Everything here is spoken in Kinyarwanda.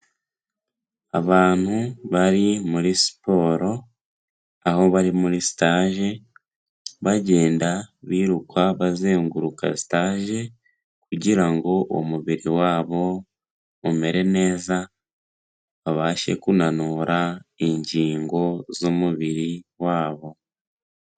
Abantu bari muri siporo, aho bari muri stage bagenda biruka bazenguruka stage, kugira ngo umubiri wabo umere neza, babashe kunanura ingingo z'umubiri wabo.